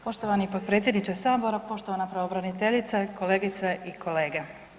Poštovani potpredsjedniče sabora, poštovana pravobraniteljice, kolegice i kolege.